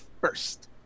first